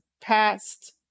past